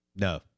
no